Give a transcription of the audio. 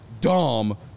dumb